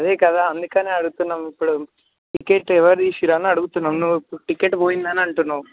అదే కదా అందుకనే అడుగుతున్నాం ఇప్పుడు టికెట్ ఎవరు తీసారని అడుగుతున్నాం నువ్వు ఇప్పుడు టికెట్ పోయిందని అంటున్నావు